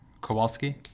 Kowalski